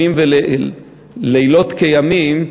לילות כימים,